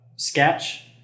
Sketch